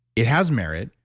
it has merit.